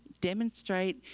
demonstrate